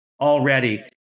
already